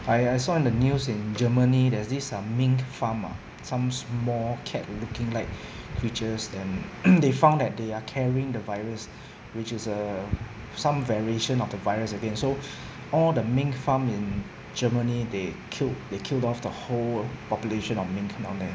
I I saw on the news in germany there's this uh mink farm ah some small cat looking like creatures and they found that they are carrying the virus which is uh some variation of the virus again so all the mink farm in germany they killed they killed off the whole population of mink down there